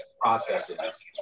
processes